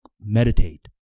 meditate